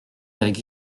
avec